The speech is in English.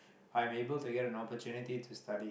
I'm able to get an opportunity to study